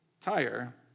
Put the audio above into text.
tire